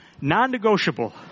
non-negotiable